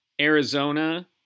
Arizona